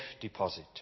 deposit